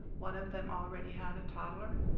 one of them already had a toddler,